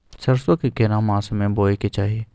सरसो के केना मास में बोय के चाही?